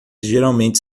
geralmente